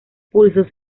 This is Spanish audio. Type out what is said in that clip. pulsos